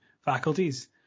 faculties